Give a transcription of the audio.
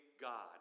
God